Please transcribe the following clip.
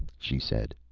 she said.